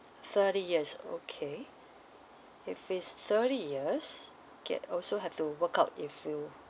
thirty years okay if it's thirty years get also have to work out if you